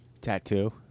Tattoo